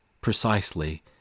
precisely